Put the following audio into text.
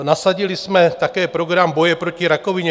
Nasadili jsme také program boje proti rakovině.